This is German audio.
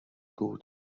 gut